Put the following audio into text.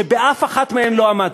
שבאף אחת מהן לא עמדתם,